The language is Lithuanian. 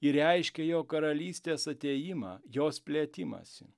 ir reiškia jo karalystės atėjimą jos plėtimąsi